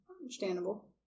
Understandable